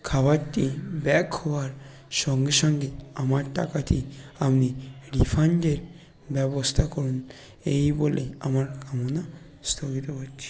খাবারটি ব্যাক হওয়ার সঙ্গে সঙ্গে আমার টাকাটি আপনি রিফান্ডের ব্যবস্থা করুন এই বলে আমার কামনা স্থগিত করছি